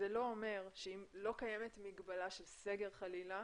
אומר שאם לא קיימת מגבלה של סגר חלילה,